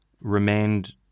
remained